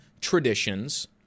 traditions –